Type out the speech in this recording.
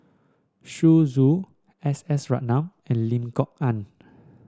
Zhu Xu S S Ratnam and Lim Kok Ann